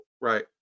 Right